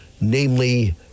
namely